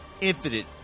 infinite